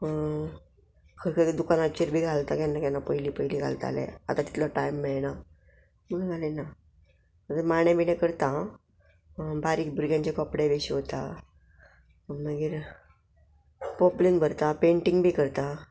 खंय खंय दुकानाचेर बी घालता केन्ना केन्ना पयलीं पयलीं घालतालें आतां तितलो टायम मेळना म्हणून घाली ना माणे बिणे करता बारीक भुरग्यांचे कपडे बी शिवता मागीर पोपलीन भरता पेंटींग बी करता